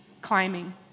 climbing